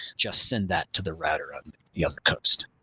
just send that to the router on the other coast.